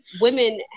Women